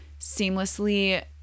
seamlessly